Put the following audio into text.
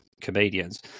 comedians